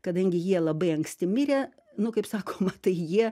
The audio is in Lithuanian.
kadangi jie labai anksti mirė nu kaip sako matai jie